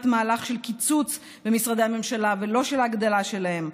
מהלך של קיצוץ במשרדי הממשלה ולא של הגדלה שלהם.